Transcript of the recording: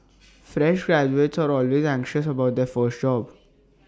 fresh graduates are always anxious about their first job